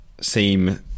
seem